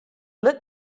lit